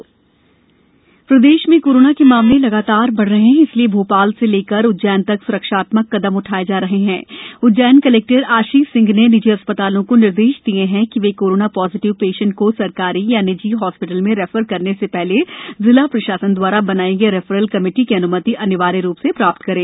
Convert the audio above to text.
प्रदेश corona प्रदेश में corona के मामले लगातार बढ़ रहे हैं इसलिए भोपाल से लेकर उज्जैन तक सुरक्षात्मक कदम उठाए जा रहे हैं उज्जैन कलेक्टर आशीष सिंह ने निजी अस्पतालों को निर्देश दिये कि वे कोरोना पॉजीटिव पेर्शेट को सरकारी अथवा निजी हॉस्पिटल में रैफर करने के पहले जिला प्रशासन द्वारा बनाई गई रैफरल कमेटी की अन्मति अनिवार्य रूप से प्राप्त करें